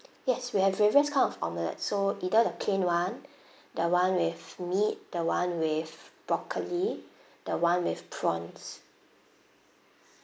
yes we have various kind of omelette so either the plain one the one with meat the one with broccoli the one with prawns